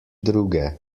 druge